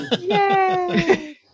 Yay